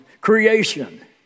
creation